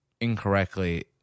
incorrectly